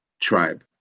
tribe